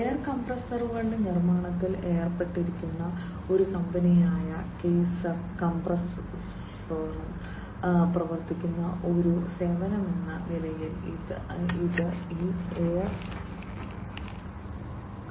air കംപ്രസ്സറുകളുടെ നിർമ്മാണത്തിൽ ഏർപ്പെട്ടിരിക്കുന്ന ഒരു കമ്പനിയായ കെയ്സർ കംപ്രസ്സോറൻ പ്രവർത്തിക്കുന്ന ഒരു സേവനമെന്ന നിലയിൽ ഇത് ഈ എയർ ആണ്